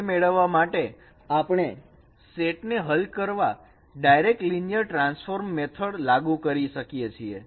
C ને મેળવવા માટે આપણે સેટ ને હલ કરવા ડાયરેક્ટ લિનિયર ટ્રાન્સફોર્મ મેથડ લાગુ કરી શકીએ છીએ